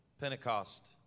Pentecost